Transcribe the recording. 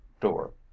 door